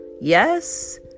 Yes